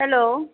hello